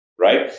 right